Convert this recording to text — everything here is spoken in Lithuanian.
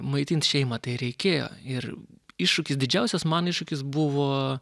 maitint šeimą tai reikėjo ir iššūkis didžiausias man iššūkis buvo